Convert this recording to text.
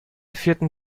vierten